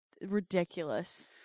ridiculous